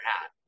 hat